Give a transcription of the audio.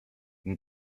une